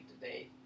today